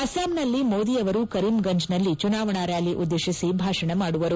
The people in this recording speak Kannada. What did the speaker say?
ಅಸ್ಲಾಂನಲ್ಲಿ ಮೋದಿ ಅವರು ಕರೀಂಗಂಜ್ನಲ್ಲಿ ಚುನಾವಣಾ ರ್್ಯಾಲಿ ಉದ್ದೇಶಿಸಿ ಭಾಷಣ ಮಾಡುವರು